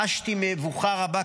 חשתי מבוכה רבה,